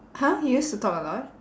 !huh! you used to talk a lot